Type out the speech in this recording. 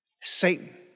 Satan